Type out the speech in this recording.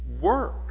work